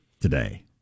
today